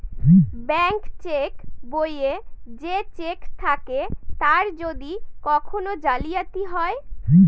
bank cheque বইয়ে যে cheque থাকে তার যদি কখন জালিয়াতি হয়